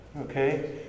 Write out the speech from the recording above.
okay